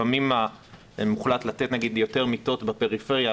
לפעמים מוחלט לתת יותר מיטות בפריפריה,